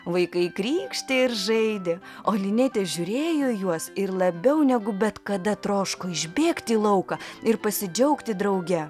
vaikai krykštė ir žaidė o linetė žiūrėjo į juos ir labiau negu bet kada troško išbėgt į lauką ir pasidžiaugti drauge